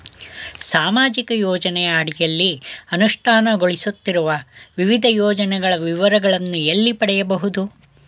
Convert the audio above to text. ಸಾಮಾಜಿಕ ಯೋಜನೆಯ ಅಡಿಯಲ್ಲಿ ಅನುಷ್ಠಾನಗೊಳಿಸುತ್ತಿರುವ ವಿವಿಧ ಯೋಜನೆಗಳ ವಿವರಗಳನ್ನು ಎಲ್ಲಿ ಪಡೆಯಬಹುದು?